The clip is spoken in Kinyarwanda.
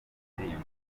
indirimbo